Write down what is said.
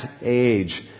age